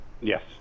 Yes